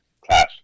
class